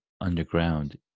underground